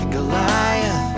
Goliath